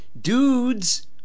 dudes